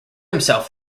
himself